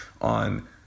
on